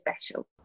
special